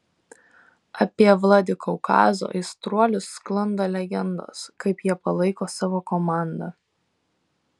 apie vladikaukazo aistruolius sklando legendos kaip jie palaiko savo komandą